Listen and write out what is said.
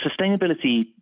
sustainability